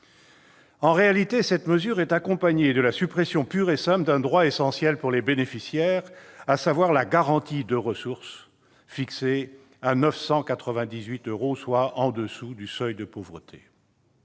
En réalité, cette mesure est accompagnée de la suppression pure et simple d'un droit essentiel pour les bénéficiaires, à savoir la garantie de ressources fixée à 998 euros, soit en dessous du seuil de pauvreté.